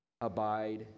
abide